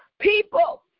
People